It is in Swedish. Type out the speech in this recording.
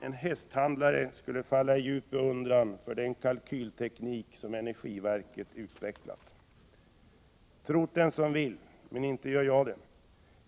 En hästhandlare skulle falla i djup beundran för den kalkylteknik, som energiverket utvecklat. Tro't den som vill, men inte gör jag det!